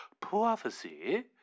prophecy